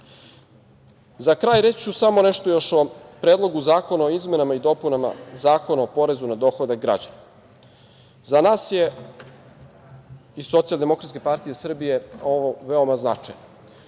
kraj, reći ću samo nešto još o Predlogu zakona o izmenama i dopunama Zakona o porezu na dohodak građana. Za nas je iz Socijaldemokratske partije Srbije ovo veoma značajno.